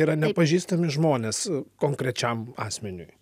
yra nepažįstami žmonės konkrečiam asmeniui